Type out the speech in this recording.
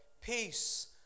peace